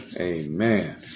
Amen